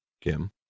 Kim